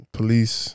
Police